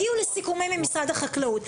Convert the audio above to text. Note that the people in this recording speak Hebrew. הגיעו לסיכומים עם משרד החקלאות.